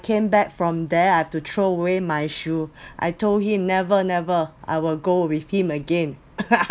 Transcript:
came back from there I have to throw away my shoe I told him never never I will go with him again